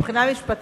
מבחינה משפטית,